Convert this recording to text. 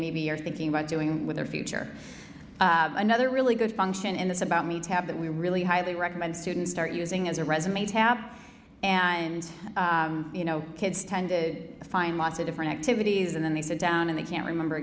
maybe are thinking about doing with their future another really good function in this about me to have that we really highly recommend students start using as a resume tab and you know kids tend to find lots of different activities and then they sit down and they can't remember